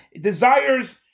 desires